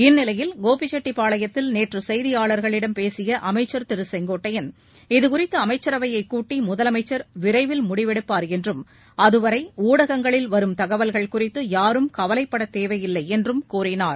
இந்நிலையில் கோபிச்செட்டிப்பாளையத்தில் நேற்று செயதியாளா்களிடம் பேசிய அமைச்சா் திரு செங்கோட்டையன் இதுகுறித்து அமைச்சரவையை கூட்டி முதலமைச்சர் விரைவில் முடிவெடுப்பார் என்றும் அதுவரை ஊடகங்களில் வரும் தகவல்கள் குறித்து யாரும் கவலைப்பட தேவையில்லை என்றும் கூறினார்